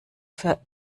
für